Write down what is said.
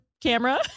camera